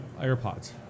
AirPods